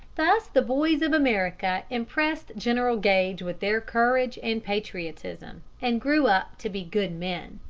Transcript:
thus the boys of america impressed general gage with their courage and patriotism and grew up to be good men.